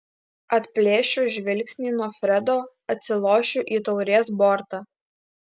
atplėšiu žvilgsnį nuo fredo atsilošiu į taurės bortą